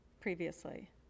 previously